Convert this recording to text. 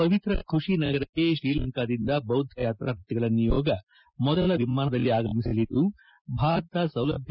ಪವಿತ್ರ ಖುಷಿ ನಗರಕ್ಕೆ ಶ್ರೀಲಂಕಾದಿಂದ ಬೌದ್ದ ಯಾತ್ರಾರ್ಥಿಗಳ ನಿಯೋಗ ಮೊದಲ ವಿಮಾನದಲ್ಲಿ ಆಗಮಿಸಲಿದ್ದು ಭಾರತ ಸೌಲಭ್ಯ